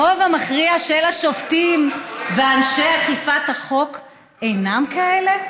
הרוב המכריע של השופטים ואנשי אכיפת החוק אינם כאלה?